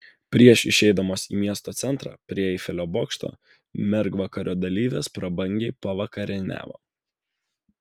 prieš išeidamos į miesto centrą prie eifelio bokšto mergvakario dalyvės prabangiai pavakarieniavo